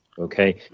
okay